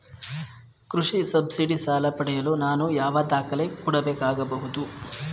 ಕೃಷಿ ಸಬ್ಸಿಡಿ ಸಾಲ ಪಡೆಯಲು ನಾನು ಯಾವ ದಾಖಲೆ ಕೊಡಬೇಕಾಗಬಹುದು?